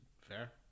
Fair